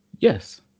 Yes